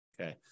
Okay